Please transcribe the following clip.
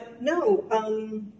no